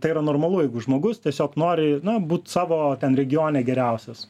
tai yra normalu jeigu žmogus tiesiog nori na būt savo ten regione geriausias